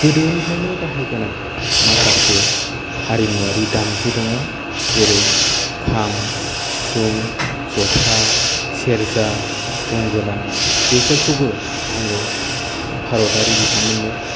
गोदोनिफ्राइनो बाहायबोनाय माखासे हारिमुवारि दामजु दङ जेरै खाम सिफुं जथा सेरजा गंगोना बेफोरखौबो आङो भारतारि बिथांमोननो